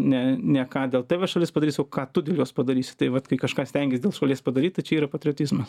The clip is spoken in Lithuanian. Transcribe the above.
ne ne ką dėl tavęs šalis padarys o ką tu dėl jos padarysi tai vat kai kažką stengies dėl šalies padaryt tai čia yra patriotizmas